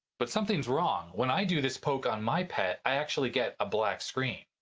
but something's wrong when i do this poke on my pet i actually get a black screen.